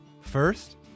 First